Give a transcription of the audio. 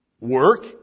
work